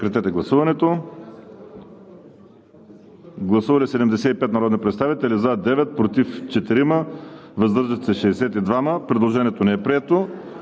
от Комисията. Гласували 75 народни представители: за 9, против 4, въздържали се 62. Предложението не е прието.